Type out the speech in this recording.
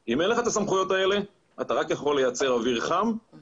אם אין לך את הסמכויות האלה אתה רק יכול לייצר אוויר ולדבר,